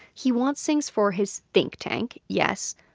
he wants things for his think tank, yes,